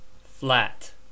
Flat